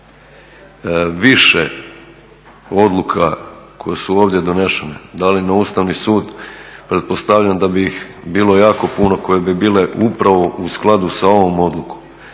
više odluka koje su ovdje donešene dali na Ustavni sud, pretpostavljam da bi ih bilo jako puno koje bi bile upravo u skladu sa ovom odlukom.